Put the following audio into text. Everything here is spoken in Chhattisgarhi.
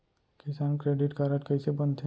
किसान क्रेडिट कारड कइसे बनथे?